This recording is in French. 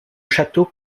château